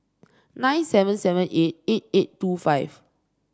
nine seven seven eight eight eight two five